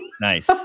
Nice